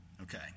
Okay